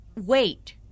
wait